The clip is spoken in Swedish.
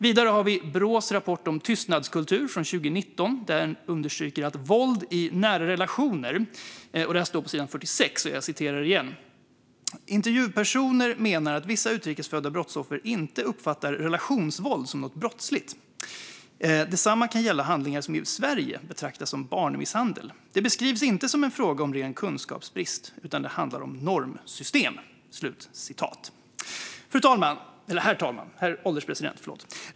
Vidare har vi Brås rapport om tystnadskultur från 2019, där man tar upp våld i nära relationer. Så här står det på sidan 46: "Några intervjupersoner menar att vissa utlandsfödda brottsoffer inte uppfattar relationsvåld som något brottsligt. Detsamma kan gälla handlingar som i Sverige betraktas som barnmisshandel. Det beskrivs inte som en fråga om ren kunskapsbrist, utan att det handlar om normsystem." Herr ålderspresident!